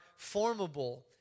formable